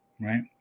right